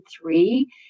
three